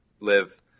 live